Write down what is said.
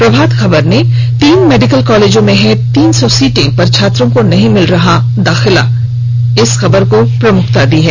प्रभात खबर ने तीन मेडिकल कॉलेजों में हैं तीन सौ सीटें पर छात्रों को नहीं मिल रहा है दाखिला की खबर को प्रमुखता से प्रकाप्रित किया है